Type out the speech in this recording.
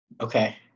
Okay